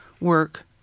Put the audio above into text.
work